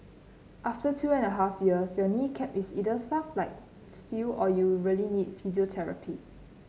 after two and a half years your knee cap is either tough like steel or you really need physiotherapy